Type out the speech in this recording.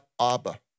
Abba